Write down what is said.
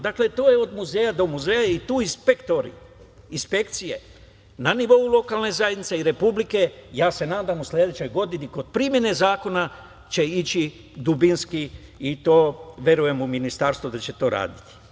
Dakle, to je od muzeja do muzeja i tu inspekcije na nivou lokalne zajednice i Republike, ja se nadam, u sledećoj godini, kod primene zakona će ići dubinski i verujem u Ministarstvo da će to raditi.